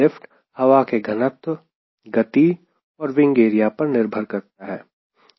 lift हवा के घनत्व गति और विंग एरिया पर निर्भर करता है